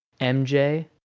MJ